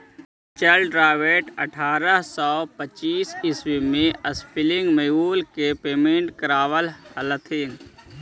Richard Robert अट्ठरह सौ पच्चीस ईस्वी में स्पीनिंग म्यूल के पेटेंट करवैले हलथिन